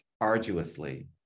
arduously